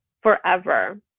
forever